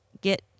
get